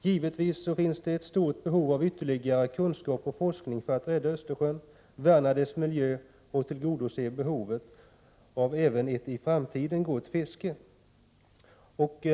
Givetvis finns ett stort behov av ytterligare kunskap och forskning för att man skall kunna rädda Östersjön, värna dess miljö och tillgodose behovet av ett även i framtiden gott fiske.